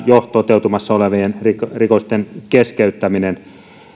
jo toteutumassa olevien rikosten rikosten keskeyttäminen